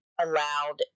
allowed